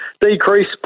decrease